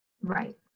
Right